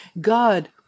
God